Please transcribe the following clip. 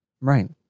Right